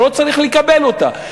שלא צריך לקבל אותה.